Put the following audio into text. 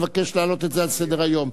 מבקש להעלות את זה על סדר-היום.